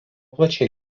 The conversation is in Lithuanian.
plačiai